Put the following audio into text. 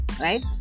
Right